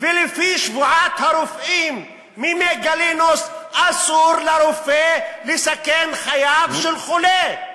ולפי שבועת הרופאים מימי גלינוס אסור לרופא לסכן את חייו של חולה.